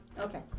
Okay